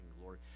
glory